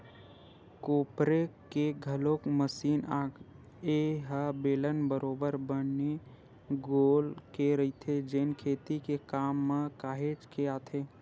कोपरे के घलोक मसीन आगे ए ह बेलन बरोबर बने गोल के रहिथे जेन खेती के काम म काहेच के आथे